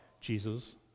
Jesus